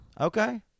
Okay